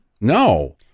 no